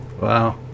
Wow